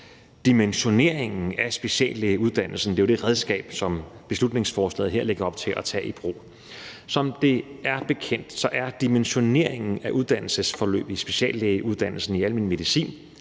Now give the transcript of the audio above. dimensioneringen af speciallægeuddannelsen. Det er jo det redskab, som beslutningsforslaget her lægger op til at tage i brug. Som det er bekendt, er dimensioneringen af uddannelsesforløb i speciallægeuddannelsen i almen medicin